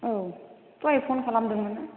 औ दहाय फन खालामदों मोन ना